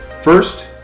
First